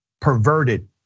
perverted